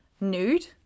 nude